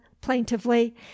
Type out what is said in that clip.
plaintively